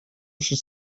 should